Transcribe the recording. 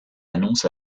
annonce